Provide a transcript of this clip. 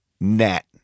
net